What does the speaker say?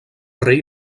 rei